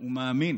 ומאמין